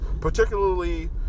particularly